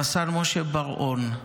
רס"ן משה בר-און,